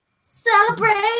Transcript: celebrate